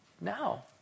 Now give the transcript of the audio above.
now